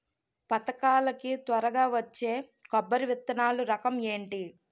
పథకాల కి త్వరగా వచ్చే కొబ్బరి విత్తనాలు రకం ఏంటి?